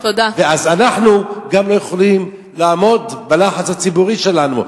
אז אנחנו גם לא יכולים לעמוד בלחץ הציבורי שלנו.